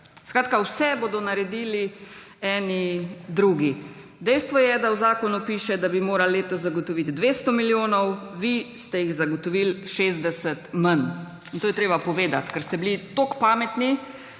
Skratka, vse bodo naredili eni drugi. Dejstvo je, da v zakonu piše, da bi morali letos zagotoviti 200 milijonov. Vi ste jih zagotovili 60 manj. In to je treba povedati, ker ste bili toliko pametni,